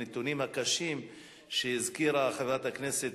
הנתונים הקשים שהזכירה חברת הכנסת